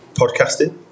Podcasting